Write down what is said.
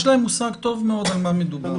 יש להם מושג טוב מאוד על מה מדובר.